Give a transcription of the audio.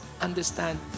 understand